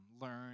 learn